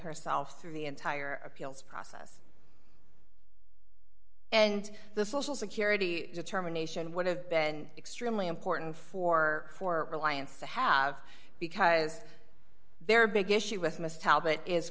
herself through the entire appeals process and the social security determination would have been extremely important for for the alliance to have because their big issue with miss talbot is